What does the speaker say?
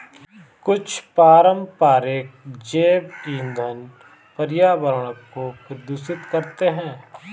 कुछ पारंपरिक जैव ईंधन पर्यावरण को प्रदूषित करते हैं